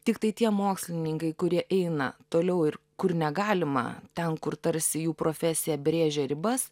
tiktai tie mokslininkai kurie eina toliau ir kur negalima ten kur tarsi jų profesija brėžia ribas